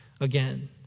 again